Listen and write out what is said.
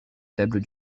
faible